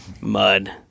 Mud